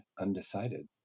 undecided